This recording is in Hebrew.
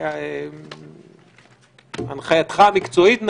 הנחייתך המקצועית,